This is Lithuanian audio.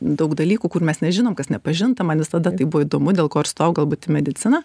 daug dalykų kur mes nežinome kas nepažinta man visada tai buvo įdomu dėl ko ir stojau galbūt mediciną